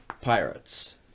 Pirates